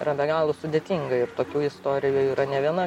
yra be galo sudėtinga ir tokių istorijų yra ne viena